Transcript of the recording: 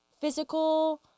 physical